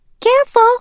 careful